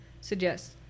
suggest